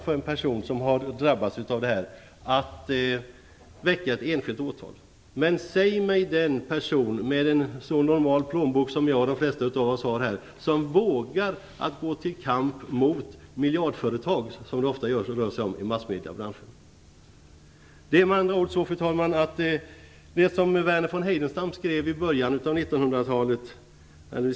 För en person som har drabbats av detta kvarstår endast att väcka enskilt åtal. Men säg mig den person med en så normal plånbok som jag och de flesta av oss här har som vågar att gå till kamp mot de miljardföretag som det ofta rör sig om i massmediebranschen. Fru talman! Det är med andra ord så att det som Verner von Heidenstam skrev vid sekelskiftet fortfarande gäller.